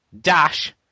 dash